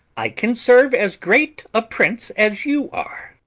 i can serve as great a prince as you are.